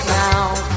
now